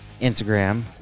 Instagram